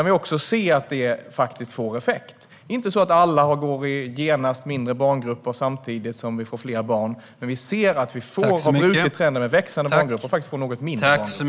Nu kan vi se att detta faktiskt får effekt - inte så att alla genast hamnar i mindre barngrupper samtidigt som vi får fler barn, men vi ser att vi har brutit trenden med växande barngrupper och faktiskt fått något mindre barngrupper.